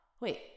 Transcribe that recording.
Wait